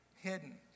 hidden